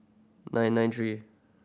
nine nine three